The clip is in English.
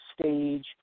stage